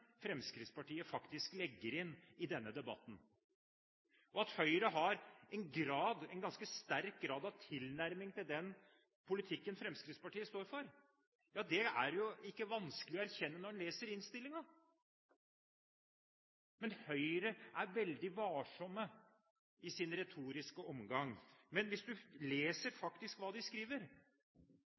Fremskrittspartiet faktisk legger inn i denne debatten. At Høyre har en ganske sterk grad av tilnærming til den politikken Fremskrittspartiet står for, er ikke vanskelig å erkjenne når en leser innstillingen. Høyre er veldig varsom i sin retorikk. Men hvis du faktisk leser hva de skriver,